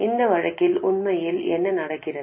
அந்த வழக்கில் உண்மையில் என்ன நடக்கிறது